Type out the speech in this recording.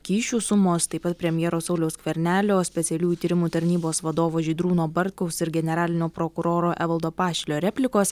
kyšių sumos taip pat premjero sauliaus skvernelio specialiųjų tyrimų tarnybos vadovo žydrūno bartkaus ir generalinio prokuroro evaldo pašilio replikos